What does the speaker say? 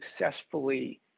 successfully